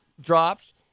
drops